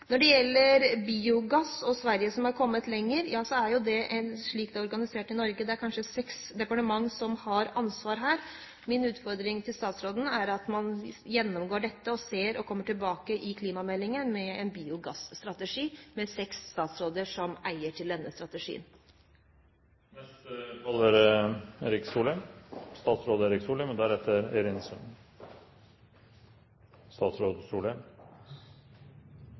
Når det gjelder at Sverige har kommet lenger når det gjelder biogass, er det slik at her i Norge er dette organisert slik at seks departementer har ansvar her. Min utfordring til statsråden er at man gjennomgår dette og i klimameldingen kommer tilbake med en biogasstrategi, der seks statsråder er eiere av denne strategien. La meg starte med å glede interpellanten med at den 70 pst. økningen til miljøverntiltak er